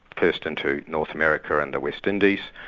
first into north america and the west indies,